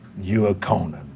you are conan, ah.